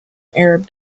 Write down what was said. arab